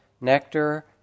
nectar